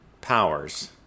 powers